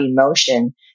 emotion